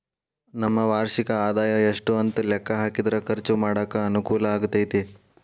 ನಮ್ಮ ವಾರ್ಷಿಕ ಆದಾಯ ಎಷ್ಟು ಅಂತ ಲೆಕ್ಕಾ ಹಾಕಿದ್ರ ಖರ್ಚು ಮಾಡಾಕ ಅನುಕೂಲ ಆಗತೈತಿ